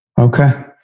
okay